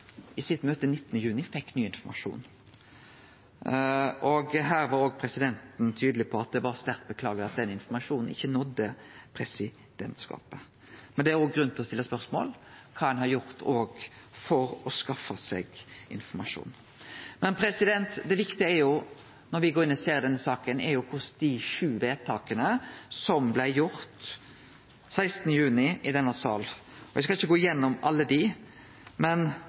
i sitt møte 19. juni fekk ny informasjon. Her var òg presidenten tydeleg på at det var «sterkt beklagelig» at denne informasjonen ikkje nådde presidentskapet. Men det er òg grunn til å stille spørsmål om kva ein har gjort for å skaffe seg informasjonen. Det viktige når me går inn i og ser denne saka, er dei sju vedtaka som blei gjorde 20. juni i denne salen. Eg skal ikkje gå gjennom alle dei, men